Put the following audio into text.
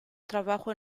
trabajo